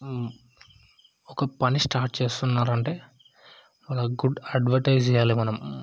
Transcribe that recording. ఒక పని స్టార్ట్ చేస్తున్నారు అంటే ఒక గుడ్ అడ్వర్టైజ్ చేయాలి మనం